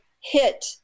hit